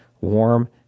warm